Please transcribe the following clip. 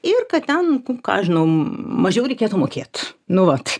ir kad ten ką žinau mažiau reikėtų mokėt nu vat